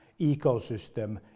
ecosystem